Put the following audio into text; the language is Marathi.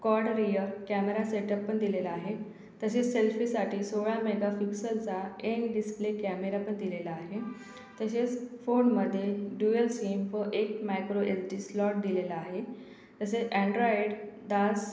कॉड रिअर कॅमेरा सेटप पण दिलेला आहे तसेच सेल्फीसाठी सोळा मेगापिक्सलचा एन डिस्पले कॅमेरा पण दिलेला आहे तसेच फोनमध्ये ड्युएल सिम व एक मायक्रो एस डी स्लॉट दिलेला आहे तसेच अँड्रॉइड दास